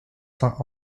saint